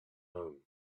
home